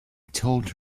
told